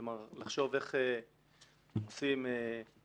כלומר לחשוב איך עושים אופטימיזציות